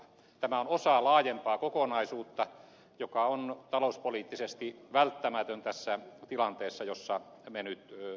tämä on osa laajempaa kokonaisuutta joka on talouspoliittisesti välttämätön tässä tilanteessa jossa me nyt olemme